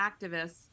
activists